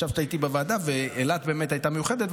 ישבת איתי בוועדה ואילת באמת הייתה מיוחדת,